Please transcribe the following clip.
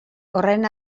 horren